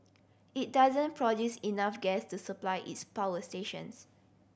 it doesn't produce enough gas to supply its power stations